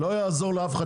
לא יעזור לאף אחד.